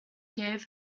gave